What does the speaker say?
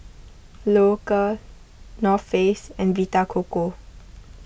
Loacker North Face and Vita Coco